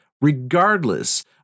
regardless